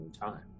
time